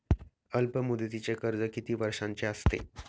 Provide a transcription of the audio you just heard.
अल्पमुदतीचे कर्ज किती वर्षांचे असते?